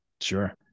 Sure